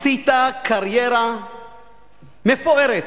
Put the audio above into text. עשית קריירה מפוארת